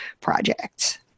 projects